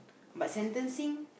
but sentencing